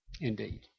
indeed